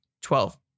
Twelve